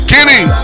Kenny